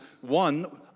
one